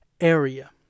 area